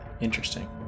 Interesting